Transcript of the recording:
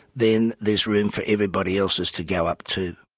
then there's room for everybody else's to go up too.